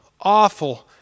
awful